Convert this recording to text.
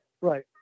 Right